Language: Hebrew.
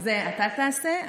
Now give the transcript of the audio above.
את זה אתה תעשה.